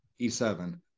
E7